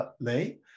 lay